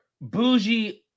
bougie